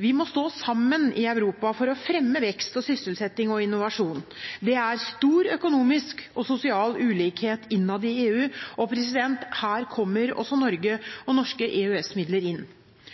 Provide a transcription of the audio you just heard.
Vi må stå sammen i Europa for å fremme vekst, sysselsetting og innovasjon. Det er stor økonomisk og sosial ulikhet innad i EU, og her kommer også Norge og norske EØS-midler inn.